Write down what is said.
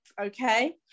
okay